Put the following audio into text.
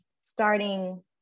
starting